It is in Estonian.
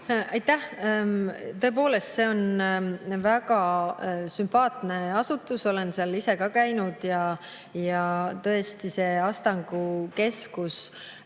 Aitäh! Tõepoolest, see on väga sümpaatne asutus, olen seal ise käinud. Kuna Astangu keskus